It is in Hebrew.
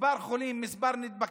מספר החולים, מספר הנדבקים,